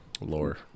lore